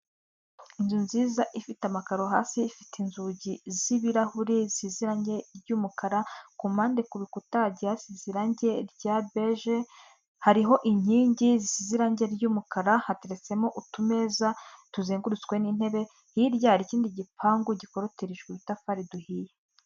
Inzu nziza ifite amakaro hasi, ifite inzugi z'ibirahuri zisize irangi ry'umukara, ku mpande ku bikuta hagiye hasize irangi rya beje, hariho inkingi zisize irangi ry'umukara, hateretsemo utumeza tuzengurutswe n'intebe, hirya hari ikindi gipangu gikorotirijwe udutafari duhiye.